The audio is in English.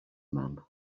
man